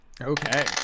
Okay